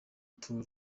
tour